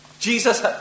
Jesus